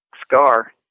scar